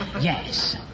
yes